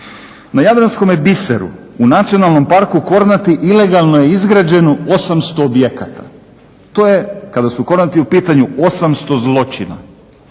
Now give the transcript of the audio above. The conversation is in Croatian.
Na jadranskome biseru, u Nacionalnom parku Kornati ilegalno je izgrađeno 800 objekata. To je kada su Kornati u pitanju 800 zločina,